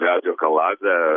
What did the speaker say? medžio kaladę